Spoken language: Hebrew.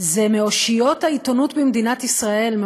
הוא מאושיות העיתונות ממדינת ישראל,